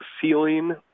ceiling